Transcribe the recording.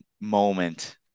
moment